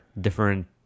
different